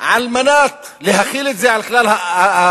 כדי להחיל את זה על כלל הארץ,